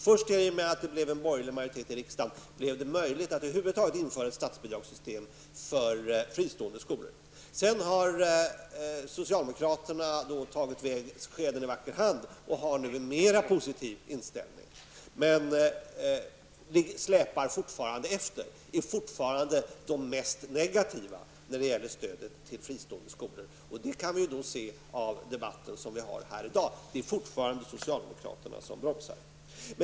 Först i och med att det blev en borgerlig majoritet i riksdagen blev det möjligt att över huvud taget införa ett statsbidragssystem för fristående skolor. Sedan har socialdemokraterna tagit skeden i vacker hand, och de har nu en mera positiv inställning. De släpar dock fortfarande efter och är de mest negativa när det gäller stödet till fristående skolor. Det kan vi se i den debatt som förs i dag. Det är fortfarande socialdemokraterna som bromsar.